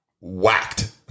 whacked